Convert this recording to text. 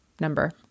Number